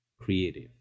creative